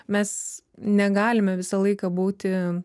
mes negalime visą laiką būti